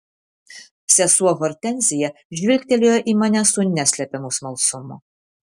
sesuo hortenzija žvilgtelėjo į mane su neslepiamu smalsumu